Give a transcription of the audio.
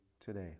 today